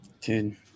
Dude